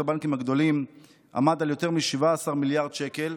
הבנקים הגדולים עמד על יותר מ-17 מיליארד שקלים,